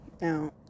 now